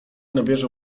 nabierze